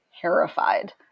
terrified